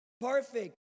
perfect